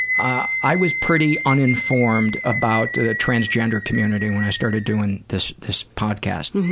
i i was pretty uninformed about the transgender community when i started doing this this podcast,